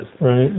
Right